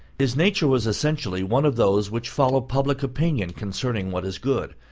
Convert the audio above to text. his nature was essentially one of those which follow public opinion concerning what is good,